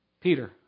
Peter